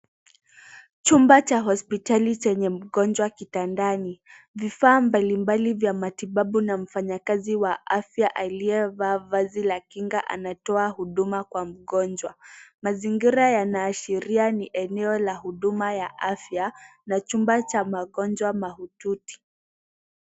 Chumba cha hospitali chenye mgonjwa kitandani . VIfaa mbalimbali vya matibabu na mfanyakazi wa afya aliyevaa vazi la kinga anatoa huduma kwa mgonjwa. Mazingira yanaashiria ni eneo la huduma ya afya , na chumba cha wagonjwa mahututi.